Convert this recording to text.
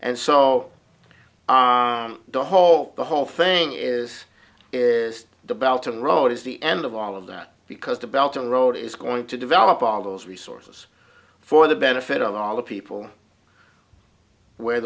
and so the whole the whole thing is is the belt of the road is the end of all of that because the belt of the road is going to develop all those resources for the benefit of all the people where